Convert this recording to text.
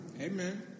Amen